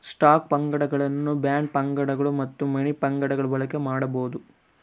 stock ಫಂಡ್ಗಳನ್ನು bond ಫಂಡ್ಗಳು ಮತ್ತು ಮನಿ ಫಂಡ್ಗಳ ಬಳಕೆ ಮಾಡಬೊದು